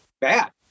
bad